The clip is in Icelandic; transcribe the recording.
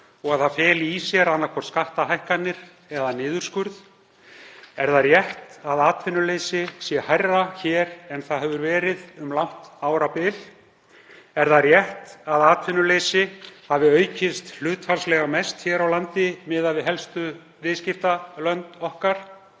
og að það feli í sér annaðhvort skattahækkanir eða niðurskurð? Er það rétt að atvinnuleysi sé meira hér en það hefur verið um langt árabil? Er það rétt að atvinnuleysi hafi aukist hlutfallslega mest hér á landi miðað við helstu viðskiptalönd okkar?